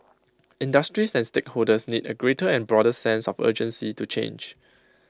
industries and stakeholders need A greater and broader sense of urgency to change